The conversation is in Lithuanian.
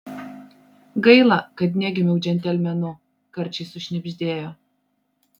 gaila kad negimiau džentelmenu karčiai sušnibždėjo